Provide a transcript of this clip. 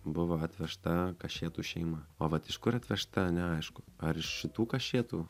buvo atvežta kašėtų šeima o vat iš kur atvežta neaišku ar iš šitų kašėtų